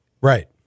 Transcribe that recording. Right